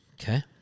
Okay